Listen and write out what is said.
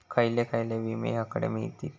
खयले खयले विमे हकडे मिळतीत?